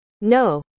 No